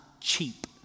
cheap